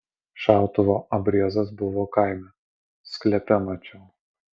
šautuvo abriezas buvo kaime sklepe mačiau